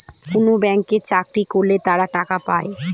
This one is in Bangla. কোনো ব্যাঙ্কে চাকরি করলে তারা টাকা পায়